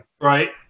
Right